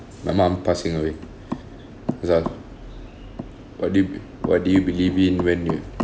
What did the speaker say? my mom passing away cause ah what do you what do you believe in when you